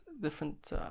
different